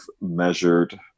measured